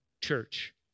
church